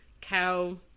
cow